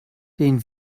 den